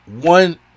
one